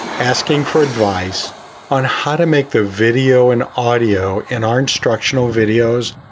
asking for advice on how to make the video and audio in our instructional videos,